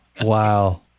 wow